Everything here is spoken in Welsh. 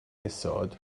isod